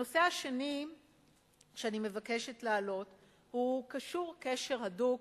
הנושא השני שאני מבקשת להעלות קשור קשר הדוק,